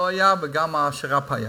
לא היה וגם השר"פ היה.